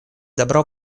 добро